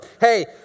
Hey